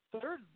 third